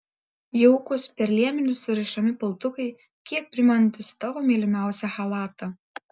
jaukūs per liemenį surišami paltukai kiek primenantys tavo mylimiausią chalatą